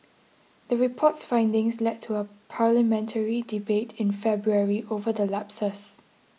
the report's findings led to a parliamentary debate in February over the lapses